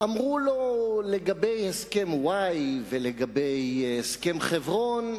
אמרו לו, לגבי הסכם-וואי ולגבי הסכם חברון: